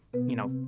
you know,